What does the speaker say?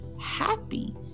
happy